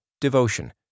devotion